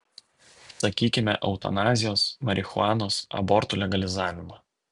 sakykime eutanazijos marihuanos abortų legalizavimą